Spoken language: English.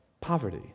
poverty